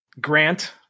Grant